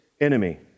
enemy